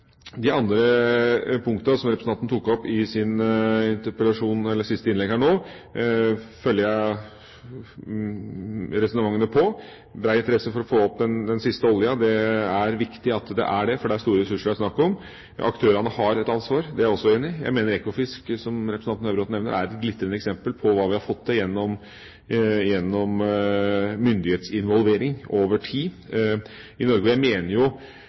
som representanten tok opp i sitt siste innlegg her nå, følger jeg resonnementene på. Det er bred interesse for å få opp den siste oljen. Det er viktig, for det er store ressurser det er snakk om. At aktørene har et ansvar, er jeg også enig i. Jeg mener at Ekofisk, som representanten Høybråten nevner, er et glitrende eksempel på hva vi har fått til gjennom myndighetsinvolvering over tid. Det er verdt et helt innlegg i seg sjøl hva den norske tenkninga, representert ved ulike partiers deltakelse og